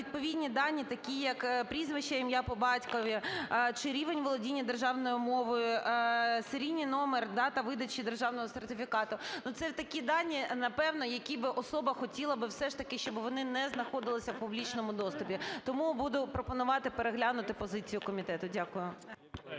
відповідні дані такі як прізвище, ім'я, по батькові чи рівень володіння державною мовою, серійний номер, дата видачі державного сертифікату, ну, це такі дані, напевно, які би особа хотіла би все ж таки, щоб вони не знаходилися в публічному доступі. Тому буду пропонувати переглянути позицію комітету. Дякую.